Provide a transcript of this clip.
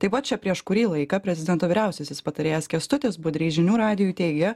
taip pat čia prieš kurį laiką prezidento vyriausiasis patarėjas kęstutis budrys žinių radijui teigė